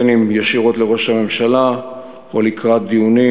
בין אם ישירות לראש הממשלה או לקראת דיונים